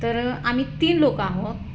तर आम्ही तीन लोकं आहोत